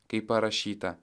kaip parašyta